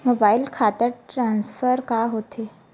Mobile खाता transfer का होथे?